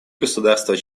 государства